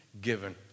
given